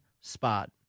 spot